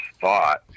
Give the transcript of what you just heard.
thought